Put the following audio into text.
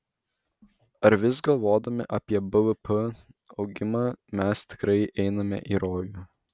ar vis galvodami apie bvp augimą mes tikrai einame į rojų